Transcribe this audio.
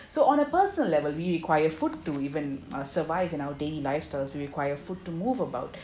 so on a personal level we require food to even uh survive in our daily lifestyles require food to move about